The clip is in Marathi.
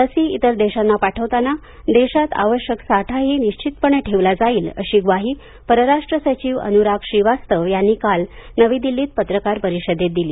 लसी इतर देशांना पाठवताना देशात आवश्यक साठाही निश्चितपणे ठेवला जाईल अशी ग्वाही परराष्ट्र सचिव अनुराग श्रीवास्तव यांनी काल नवी दिल्लीत पत्रकार परिषदेत दिली